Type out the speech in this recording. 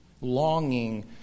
longing